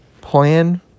plan